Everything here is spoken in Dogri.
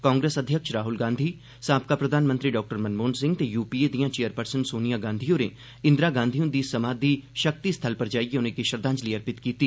कांग्रेस अध्यक्ष राहुल गांधी साबका प्रधानमंत्री मनमोहन सिंह ते यूपीए दिआं चेयरपर्सन सोनिया गांधी होरें इंदिरा गांधी हुंदी समाधि शक्ति स्थल पर जाइयै उनें'गी श्रद्वांजलि अर्पित कीती